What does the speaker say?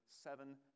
seven